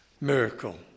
miracle